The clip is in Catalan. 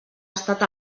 estat